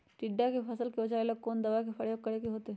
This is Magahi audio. टिड्डा से फसल के बचावेला कौन दावा के प्रयोग करके होतै?